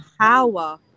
power